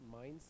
mindset